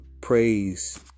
praise